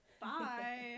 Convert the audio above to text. Bye